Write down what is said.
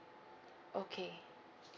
okay